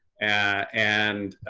and.